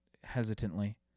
hesitantly